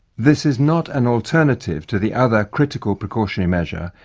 this is not an alternative to the other crucial precautionary measure,